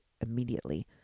immediately